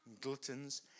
gluttons